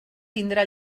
tindrà